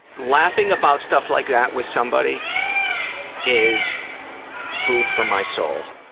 laughing about stuff like that with somebody is food for my soul.